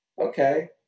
okay